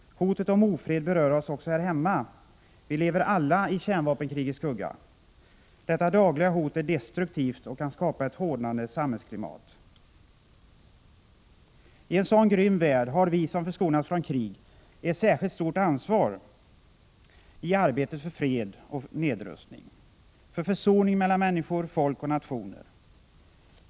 Hotet om ofred berör också oss här hemma. Vi lever alla i kärnvapenkrigets skugga. Detta dagliga hot är destruktivt och kan skapa ett hårdnande samhällsklimat. I en sådan grym värld har vi, som förskonats från krig, ett särskilt stort ansvar i arbetet för fred och nedrustning, för försoning mellan människor, folk och nationer.